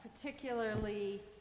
particularly